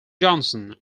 johnson